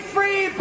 Free